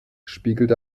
spiegelt